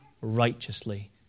righteously